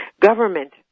Government